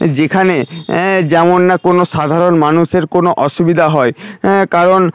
যেখানে যেমন না কোনো সাধারণ মানুষের কোনো অসুবিধা হয় কারণ